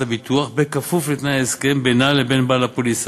הביטוח כפוף לתנאי ההסכם בינה לבין בעל הפוליסה.